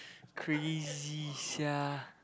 crazy sia